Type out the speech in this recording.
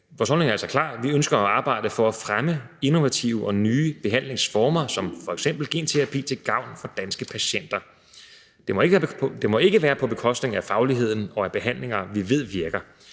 vores holdning er klar. Vi ønsker at arbejde for at fremme innovative og nye behandlingsformer som f.eks. genterapi til gavn for danske patienter. Det må ikke være på bekostning af fagligheden og af behandlinger, vi ved virker,